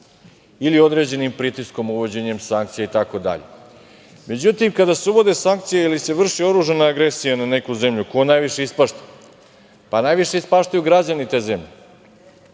ili određenim pritiskom, uvođenjem sankcija itd. Međutim, kada se uvode sankcije ili se vrši oružana agresija na neku zemlju, ko najviše ispašta? Pa, najviše ispaštaju građani te zemlje?